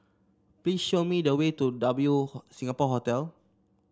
please show me the way to W Singapore Hotel